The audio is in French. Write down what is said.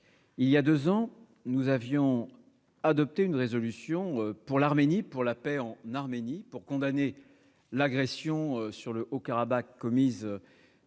il y a deux ans, nous avions adopté une résolution pour la paix en Arménie et pour condamner l'agression contre le Haut-Karabagh commise par les